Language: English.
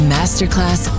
Masterclass